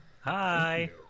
Hi